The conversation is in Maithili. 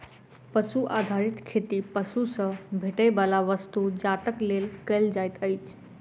पशु आधारित खेती पशु सॅ भेटैयबला वस्तु जातक लेल कयल जाइत अछि